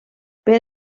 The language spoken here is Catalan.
per